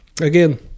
Again